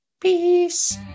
peace